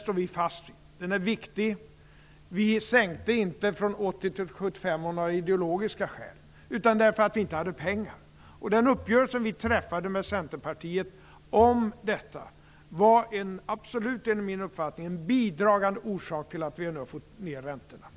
står vi fast vid. Den är viktig. Vi sänkte inte från 80 % till 75 % av några ideologiska skäl utan därför att vi inte hade pengar. Den uppgörelse vi träffade med Centerpartiet om detta var enligt min uppfattning absolut en bidragande orsak till att vi nu har fått ned räntorna.